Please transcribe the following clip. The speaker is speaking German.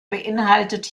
beinhaltet